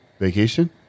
vacation